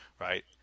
right